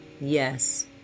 yes